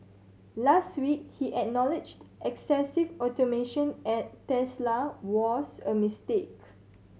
last week he acknowledged excessive automation at Tesla was a mistake